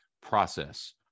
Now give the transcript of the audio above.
process